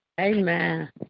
Amen